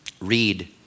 read